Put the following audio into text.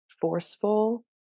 forceful